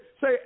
say